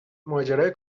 ماجرای